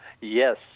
Yes